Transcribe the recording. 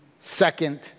second